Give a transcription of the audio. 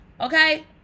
okay